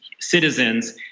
citizens